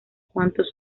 cuantos